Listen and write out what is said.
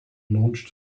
launched